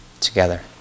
together